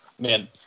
man